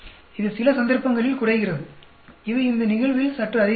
இது சில சந்தர்ப்பங்களில் குறைகிறது இது இந்த நிகழ்வில் சற்று அதிகரிக்கிறது